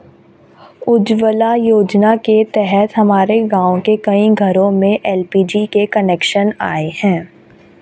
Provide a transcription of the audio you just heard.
उज्ज्वला योजना के तहत हमारे गाँव के कई घरों में एल.पी.जी के कनेक्शन आए हैं